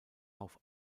auf